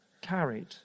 carried